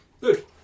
good